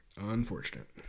Unfortunate